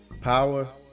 Power